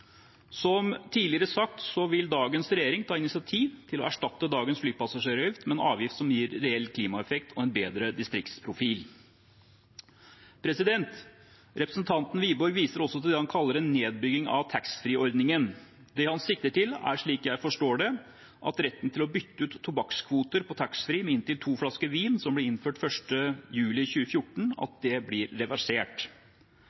Som tidligere sagt vil dagens regjering ta initiativ til å erstatte dagens flypassasjeravgift med en avgift som gir reell klimaeffekt og en bedre distriktsprofil. Representanten Wiborg viser også til det han kaller en nedbygging av taxfree-ordningen. Det han sikter til, er – slik jeg forstår det – at retten til å bytte ut tobakkskvoter på taxfree med inntil to flasker vin, som ble innført 1. juli 2014,